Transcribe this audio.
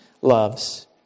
loves